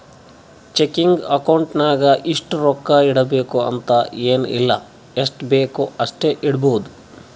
checking account ನಾಗ್ ಇಷ್ಟೇ ರೊಕ್ಕಾ ಇಡಬೇಕು ಅಂತ ಎನ್ ಇಲ್ಲ ಎಷ್ಟಬೇಕ್ ಅಷ್ಟು ಇಡ್ಬೋದ್